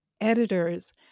editors